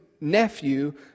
nephew